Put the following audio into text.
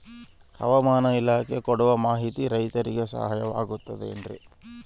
ಹವಮಾನ ಇಲಾಖೆ ಕೊಡುವ ಮಾಹಿತಿ ರೈತರಿಗೆ ಸಹಾಯವಾಗುತ್ತದೆ ಏನ್ರಿ?